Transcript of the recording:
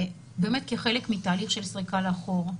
כחלק מתהליך של סריקה לאחור,